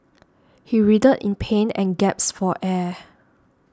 he writhed in pain and gasped for air